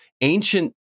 ancient